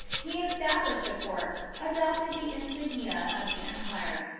he established a court, adopted the insignia of the empire,